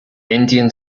indian